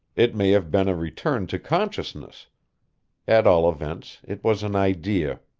it may have been a return to consciousness at all events it was an idea.